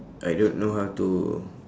I don't know how to